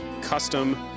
custom